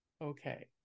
okay